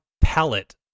palette